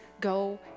go